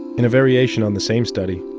in a variation on the same study,